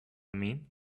mean